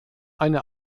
eine